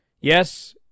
Yes